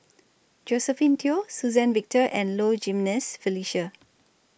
Josephine Teo Suzann Victor and Low Jimenez Felicia